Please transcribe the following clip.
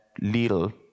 little